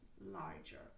larger